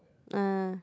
uh